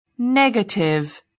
Negative